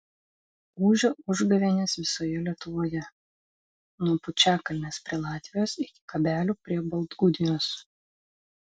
ūžia užgavėnės visoje lietuvoje nuo pučiakalnės prie latvijos iki kabelių prie baltgudijos